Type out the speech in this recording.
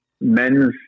men's